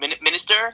Minister